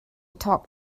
talk